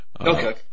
okay